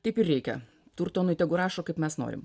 taip ir reikia turtonui tegu rašo kaip mes norim